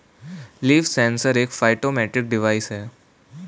leaf sensor एक phytometric device है